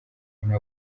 aba